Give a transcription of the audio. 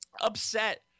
upset